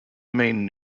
main